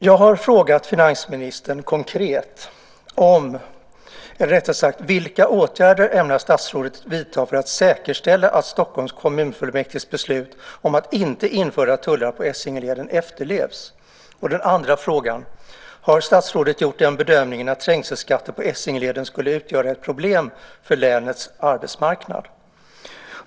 Jag har frågat finansministern konkret: Vilka åtgärder ämnar statsrådet vidta för att säkerställa att Stockholms kommunfullmäktiges beslut om att inte införa tullar på Essingeleden efterlevs? Min andra fråga är: Har statsrådet gjort den bedömningen att trängselskatter på Essingeleden skulle utgöra ett problem för länets arbetsmarknad?